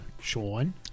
Sean